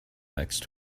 next